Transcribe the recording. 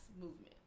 movement